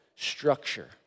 Structure